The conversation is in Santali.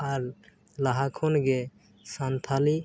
ᱟᱨ ᱞᱟᱦᱟ ᱠᱷᱚᱱ ᱜᱮ ᱥᱟᱱᱛᱟᱲᱤ